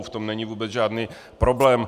V tom není vůbec žádný problém.